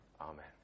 Amen